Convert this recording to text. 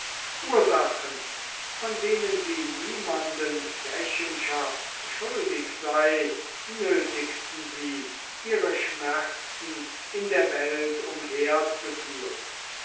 ursachen von denen sie niemand rechenschaft schuldig sei nötigten sie ihre schmerzen in der welt umherzuführen